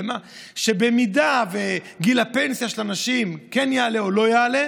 שאם גיל הפנסיה של אנשים כן יעלה או לא יעלה,